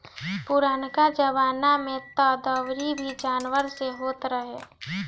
पुरनका जमाना में तअ दवरी भी जानवर से होत रहे